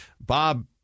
Bob